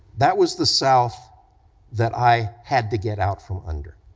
that was the south that i had to get out from under.